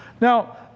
Now